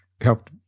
helped